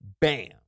Bam